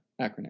acronym